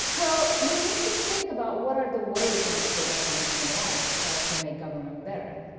well, you need to think about what are the ways in which data sciences and ai can make government better?